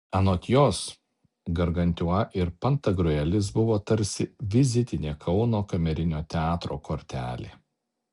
anot jos gargantiua ir pantagriuelis buvo tarsi vizitinė kauno kamerinio teatro kortelė